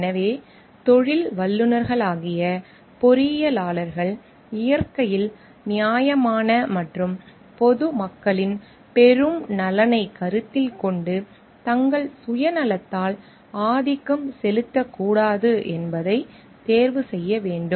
எனவே தொழில் வல்லுநர்களாகிய பொறியியலாளர்கள் இயற்கையில் நியாயமான மற்றும் பொது மக்களின் பெரும் நலனைக் கருத்தில் கொண்டு தங்கள் சுயநலத்தால் ஆதிக்கம் செலுத்தக் கூடாது என்பதைத் தேர்வு செய்ய வேண்டும்